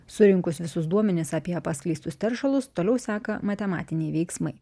surinkus visus duomenis apie paskleistus teršalus toliau seka matematiniai veiksmai